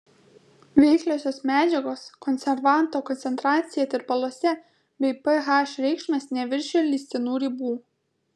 veikliosios medžiagos konservanto koncentracija tirpaluose bei ph reikšmės neviršijo leistinų ribų